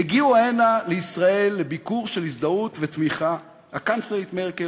הגיעו הנה לישראל לביקור של הזדהות ותמיכה הקנצלרית מרקל